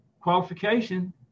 qualification